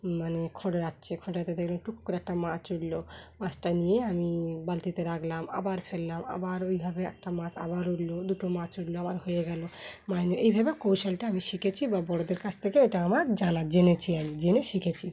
মানে খোঁড়ে রাখছে খুঁড়ে দেখলাম টুকু করে একটা মাছ উড়লো মাছটা নিয়ে আমি বালতিতে রাখলাম আবার ফেললাম আবার ওইভাবে একটা মাছ আবার উড়লো দুটো মাছ উড়লো আমার হয়ে গেলো ম এইভাবে কৌশলটা আমি শিখেছি বা বড়দের কাছ থেকে এটা আমার জানা জেনেছি আমি জেনে শিখেছি